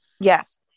Yes